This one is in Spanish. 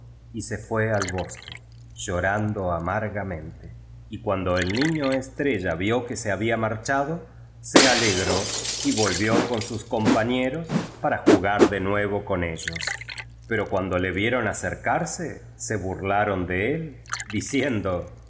y se fue al bosque llorando amar gamente y cuando el niño estrella vio que se había marcha do se alegró y volvió con sus compañeros para jugar de nue vo con ellos pero cuando le vieron acercarse se burlaron de él dicien